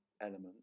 element